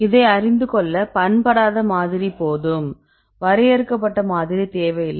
இதை அறிந்துகொள்ள பண்படாத மாதிரி போதும் வரையறுக்கப்பட்ட மாதிரி தேவையில்லை